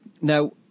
now